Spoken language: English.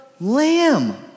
lamb